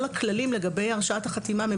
כל הכללים לגבי הרשאת החתימה הנם,